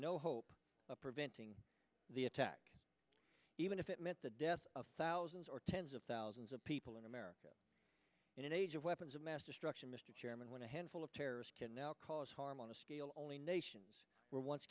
no hope of preventing the attack even if it meant the death of thousands or tens of thousands of people in america in an age of weapons of mass destruction mr chairman when a handful of terrorists can now cause harm on a scale only nations were once